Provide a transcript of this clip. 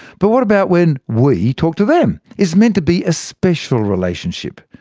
but what about when we talk to them? it's meant to be a special relationship,